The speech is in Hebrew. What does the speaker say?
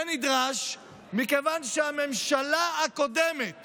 זה נדרש מכיוון שהממשלה הקודמת